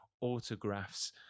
autographs